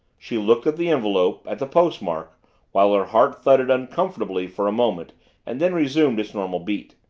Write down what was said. she looked at the envelope at the postmark while her heart thudded uncomfortably for a moment and then resumed its normal beat.